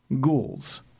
ghouls